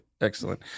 Excellent